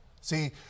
See